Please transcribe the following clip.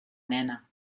nena